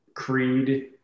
Creed